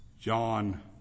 John